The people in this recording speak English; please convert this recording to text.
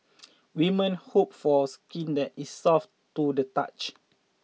women hope for skin that is soft to the touch